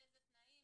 באיזה תנאים,